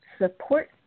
support